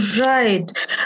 Right